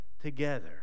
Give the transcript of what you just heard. together